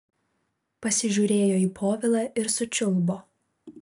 pasižiūrėjo į povilą ir sučiulbo